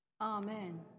Amen